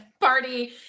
party